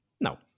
no